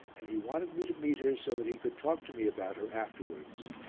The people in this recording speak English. and he wanted me to meet her so that he could talk to me about her afterwards.